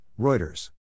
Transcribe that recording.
Reuters